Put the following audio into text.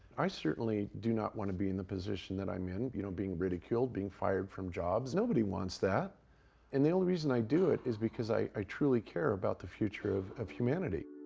i certainly do not want to be in the position that i'm in, you know, being ridiculed, being fired from jobs, nobody wants that and the only reason i do it is because i i truly care about the future of of humanity.